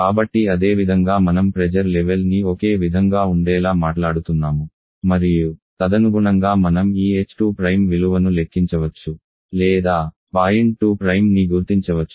కాబట్టి అదేవిదంగా మనం ప్రెజర్ లెవెల్ ని ఒకే విధంగా ఉండేలా మాట్లాడుతున్నాము మరియు తదనుగుణంగా మనం ఈ h2 విలువను లెక్కించవచ్చు లేదా పాయింట్ 2ని గుర్తించవచ్చు